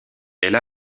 elle